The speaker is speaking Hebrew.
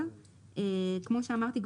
כפי שאמרתי,